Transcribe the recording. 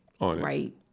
right